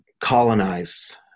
colonize